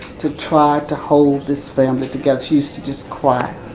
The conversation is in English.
to try to hold this family together. she used to just cry.